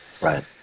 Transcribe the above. right